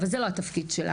אבל זה לא התפקיד שלה,